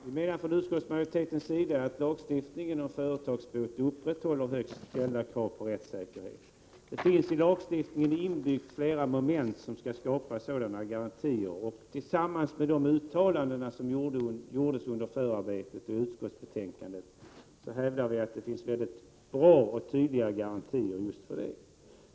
Fru talman! Från utskottsmajoritetens sida menar vi att lagstiftningen om företagsbot upprätthåller högt ställda krav på rättssäkerhet. I lagstiftningen finns flera moment inbyggda som skall skapa sådana garantier. Detta tillsammans med de uttalanden som gjordes under förarbetet till utskottsbetänkandet, hävdar vi utgör mycket bra och tydliga garantier för detta.